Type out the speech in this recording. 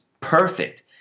perfect